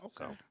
Okay